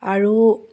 আৰু